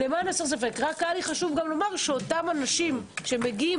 רק היה חשוב לי לומר שאותם אנשים שמגיעים